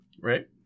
right